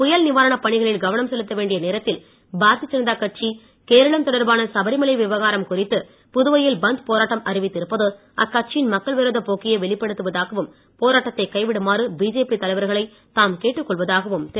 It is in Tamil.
புயல் நிவாரணப் பணிகளில் கவனம் செலுத்த வேண்டிய நேரத்தில் பாரதிய ஜனதா கட்சி கேரளம் தொடர்பான சபரிமலை விவகாரம் குறித்து புதுவையில் பந்த் போராட்டம் அறிவித்திருப்பது அக்கட்சியின் மக்கள் விரோதப் போக்கையே வெளிப்படுத்துவதாகவும் போராட்டத்தைக் கைவிடுமாறு பிஜேபி தலைவர்களை தாம் கேட்டுக்கொள்வதாகவும் திரு